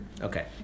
Okay